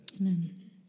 Amen